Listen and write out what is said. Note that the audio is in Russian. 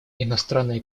иностранные